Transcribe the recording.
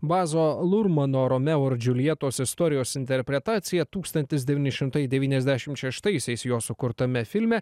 bazo lurmano romeo ir džiuljetos istorijos interpretaciją tūkstantis devyni šimtai devyniasdešimt šeštaisiais jo sukurtame filme